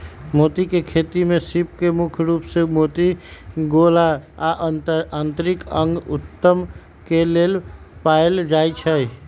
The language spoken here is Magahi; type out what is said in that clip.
मोती के खेती में सीप के मुख्य रूप से मोती गोला आ आन्तरिक अंग उत्तक के लेल पालल जाई छई